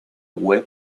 web